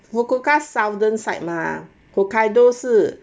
fukuoka southern side mah hokkaido 是